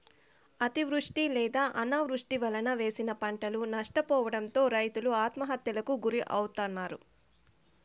అతివృష్టి లేదా అనావృష్టి వలన వేసిన పంటలు నష్టపోవడంతో రైతులు ఆత్మహత్యలకు గురి అవుతన్నారు